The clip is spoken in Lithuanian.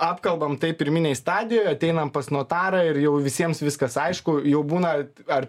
apkalbam tai pirminėj stadijoj ateinam pas notarą ir jau visiems viskas aišku jau būna ar